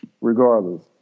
regardless